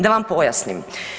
Da vam pojasnim.